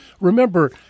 Remember